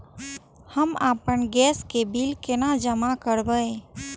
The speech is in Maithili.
हम आपन गैस के बिल केना जमा करबे?